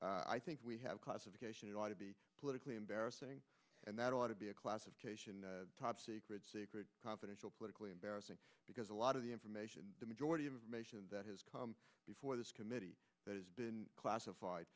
so i think we have classification it ought to be politically embarrassing and that ought to be a classification top secret confidential politically embarrassing because a lot of the information the majority of that has come before the committee that has been classified